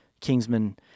kingsman